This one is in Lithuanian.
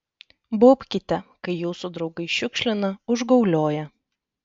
baubkite kai jūsų draugai šiukšlina užgaulioja